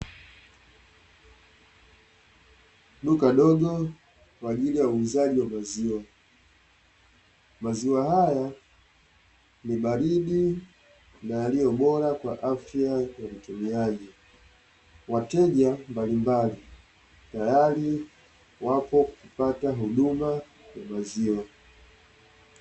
Duka dogo kwa ajili ya uuzaji wa maziwa, aziwa haya ni baridi na yaliyo bora kwa afya ya mtumiaji Wateja mbalimbali tayari wapo kupata huduma ya maziwa.